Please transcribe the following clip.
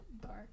dark